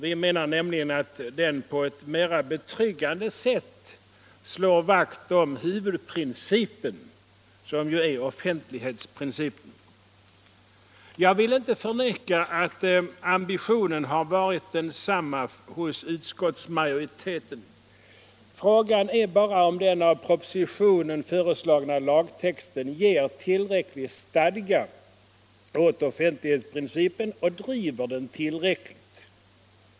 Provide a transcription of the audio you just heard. Vi menar nämligen att den på ett mer betryggande sätt slår vakt om huvudprincipen, dvs. offentlighetsprincipen. Jag vill inte förneka att ambitionen varit densamma hos utskottsmajoriteten. Frågan är bara om den av propositionen föreslagna lagtexten ger tillräcklig stadga åt offentlighetsprincipen och driver den tillräckligt.